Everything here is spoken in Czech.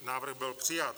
Návrh byl přijat.